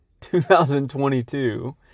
2022